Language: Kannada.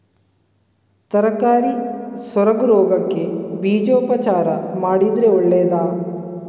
ತರಕಾರಿ ಸೊರಗು ರೋಗಕ್ಕೆ ಬೀಜೋಪಚಾರ ಮಾಡಿದ್ರೆ ಒಳ್ಳೆದಾ?